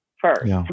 first